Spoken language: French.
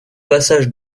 passage